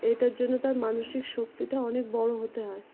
এটার জন্য তার মানসিক শক্তিটা অনেক বড়ো হতে হয়